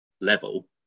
level